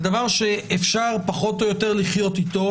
זה דבר שאפשר, פחות או יותר, לחיות אתו.